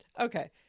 Okay